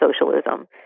socialism